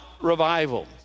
revival